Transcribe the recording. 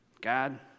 God